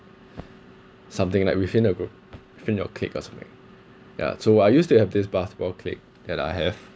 something like within a group within your colleague or something yeah so I used to have this basketball colleague that I have